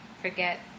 forget